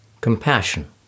compassion